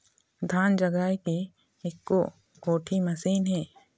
धान जगाए के एको कोठी मशीन हे?